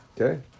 Okay